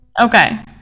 Okay